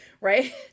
right